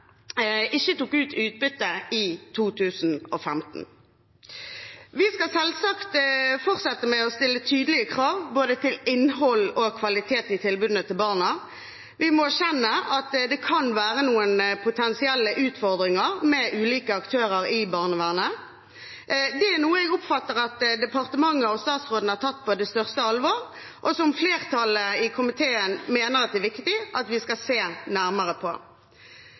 ikke tok ut utbytte i 2015. Vi skal selvsagt fortsette med å stille tydelige krav til både innhold og kvalitet i tilbudene til barna. Vi må erkjenne at det kan være noen potensielle utfordringer med ulike aktører i barnevernet. Det er noe jeg oppfatter at departementet og statsråden har tatt på største alvor, og som flertallet i komiteen mener det er viktig at vi ser nærmere på.